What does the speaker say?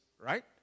right